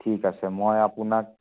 ঠিক আছে মই আপোনাক